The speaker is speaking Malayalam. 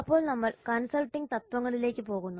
അപ്പോൾ നമ്മൾ കൺസൾട്ടിംഗ് തത്വങ്ങളിലേക്ക് പോകുന്നു